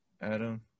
Adam